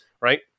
right